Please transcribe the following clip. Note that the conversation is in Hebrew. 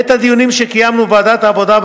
בעת הדיונים שקיימנו בוועדת העבודה,